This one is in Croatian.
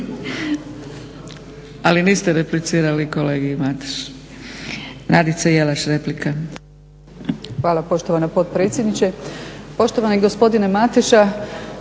ali niste replicirali kolegi Matešu. Nadica Jelaš replika.